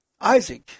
Isaac